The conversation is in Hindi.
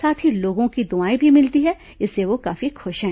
साथ ही लोगों की दुआएं भी मिलती हैं इससे वह काफी खुश है